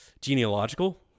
genealogical